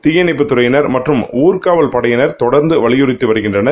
தீயணைப்புத் துறையினர் மற்றும் ஊர்காவல் படையினர் தொடர்ந்து வலிபுறுத்தி வருகின்றனர்